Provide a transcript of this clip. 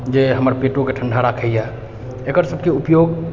जे हमर पेटोके ठण्डा राखैए एकर सबके उपयोग